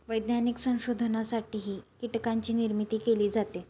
वैज्ञानिक संशोधनासाठीही कीटकांची निर्मिती केली जाते